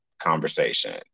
conversation